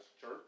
church